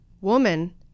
woman